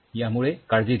यामुळे काळजी घ्या